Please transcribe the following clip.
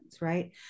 right